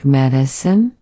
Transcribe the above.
medicine